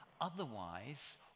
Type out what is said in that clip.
Otherwise